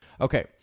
Okay